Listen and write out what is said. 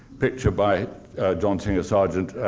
picture by john singer sargent,